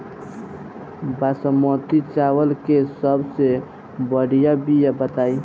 बासमती चावल के सबसे बढ़िया बिया बताई?